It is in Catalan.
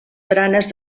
baranes